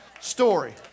story